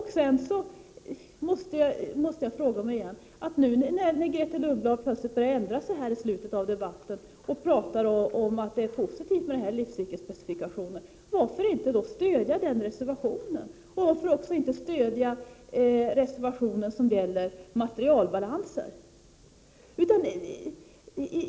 Jag måste också fråga på nytt: När Grethe Lundblad i slutet av debatten plötsligt ändrar sig och börjar tala om att det är positivt med livscykelsspecifikation, varför då inte stödja den reservationen? Och varför inte också stödja den reservation som gäller materialbalanser?